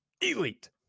elite